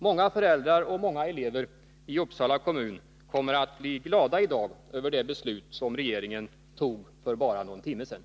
Många föräldrar och många elever i Uppsala kommun kommer att bli glada i dag över det beslut som regeringen tog för bara någon timme sedan.